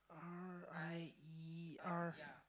R I E R